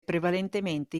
prevalentemente